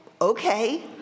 Okay